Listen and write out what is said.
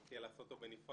אני מציע לעשות אותו בנפרד,